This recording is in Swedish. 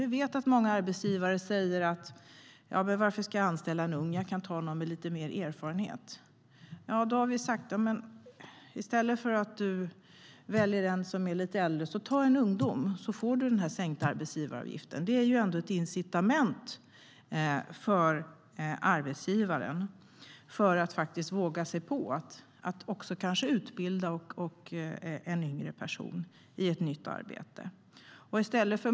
Vi vet att många arbetsgivare säger: Varför ska jag anställa en ung? Jag kan ta någon med lite mer erfarenhet! Då har vi sagt: I stället för att du väljer en som är lite äldre - ta en ungdom! Då får du sänkt arbetsgivaravgift! Detta är ett incitament för arbetsgivaren, som kanske också vågar sig på att utbilda en yngre person i ett nytt arbete.